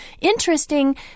interesting